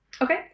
Okay